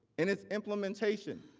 and its implementation.